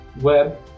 web